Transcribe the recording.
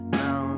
now